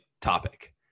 topic